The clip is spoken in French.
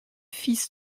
fils